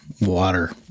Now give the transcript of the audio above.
water